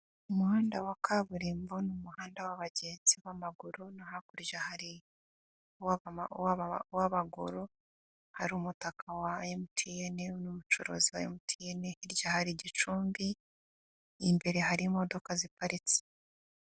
Umuhanda wa kaburimbo n'umuhanda w'abagenzi b'amaguru no hakurya hari'abanyamaguru, hari umutaka wa MTN n'umucuruzi wa MTN hirya hari igicumbi imbere hari imodoka ziparitse.